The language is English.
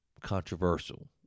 controversial